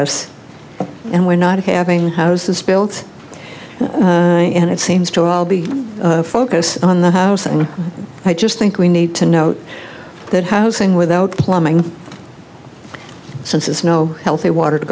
us and we're not having houses spilt and it seems to all be focused on the house and i just think we need to note that housing without plumbing since is no healthy water to